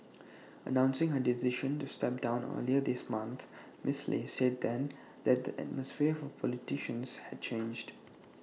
announcing her decision to step down earlier this month miss lee said then that the atmosphere for politicians had changed